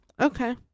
Okay